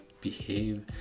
behave